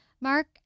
Mark